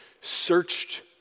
searched